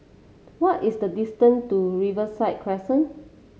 what is the distance to Riverside Crescent